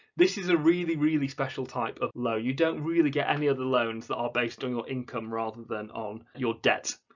this is a really, really special type of loan you don't really get any other loans that are based on your income rather than on your debt.